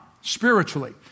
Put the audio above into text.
spiritually